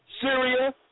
Syria